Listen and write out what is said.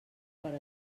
per